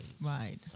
Right